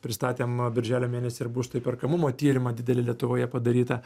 pristatėm birželio mėnesį ir būsto įperkamumo tyrimą didelį lietuvoje padarytą